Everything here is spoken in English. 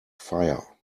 fire